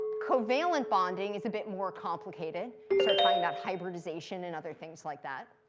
covalent bonding is a bit more complicated. start talking about hybridization and other things like that.